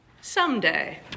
someday